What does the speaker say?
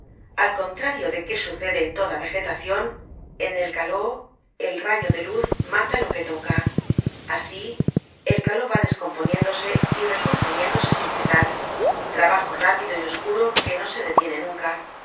al contrario de que sucede en toda vegetacion en el caló el rayo de luz mata lo que toca asi el caló va descomponiéndose y recomponiéndose sin cesar trabajo rápido y oscuro que no se detiene nunca